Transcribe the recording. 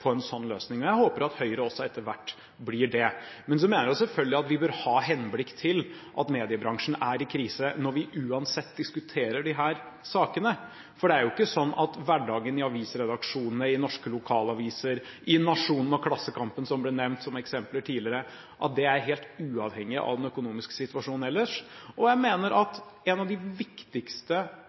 på en sånn løsning. Jeg håper at Høyre også etter hvert blir det. Men så mener jeg selvfølgelig at vi bør ha et blikk på at mediebransjen er i krise når vi uansett diskuterer disse sakene. Det er jo ikke sånn at hverdagen i avisredaksjonene i norske lokalaviser, i Nationen og i Klassekampen, som ble nevnt som eksempler tidligere, er uavhengig av den økonomiske situasjonen ellers. Jeg mener at en av de viktigste